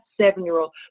seven-year-old